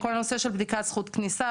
כל הנושא של בדיקת זכות כניסה,